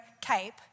cape